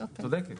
היא צודקת.